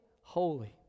holy